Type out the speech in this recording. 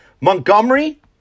Montgomery